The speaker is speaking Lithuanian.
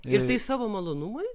ir tai savo malonumui